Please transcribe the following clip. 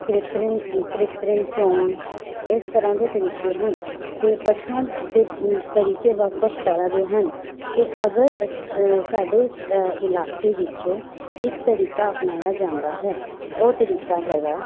ਕ੍ਰਿਤਰਨ ਕੱਰਿਤਰਮ ਚੋਣ ਇਸ ਤਰ੍ਹਾਂ ਦੇ ਤਰੀਕੇ ਹਨ ਅਤੇ ਪਸ਼ੂਆਂ ਦੇ ਤਰੀਕੇ ਵੱਖ ਵੱਖ ਤਰ੍ਹਾਂ ਦੇ ਹਨ ਅਤੇ ਅਗਰ ਸਾਡੇ ਇਲਾਕੇ ਵਿੱਚ ਇੱਕ ਤਰੀਕਾ ਅਪਣਾਇਆ ਜਾਂਦਾ ਹੈ ਉਹ ਤਰੀਕਾ ਹੈਗਾ